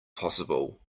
possible